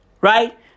right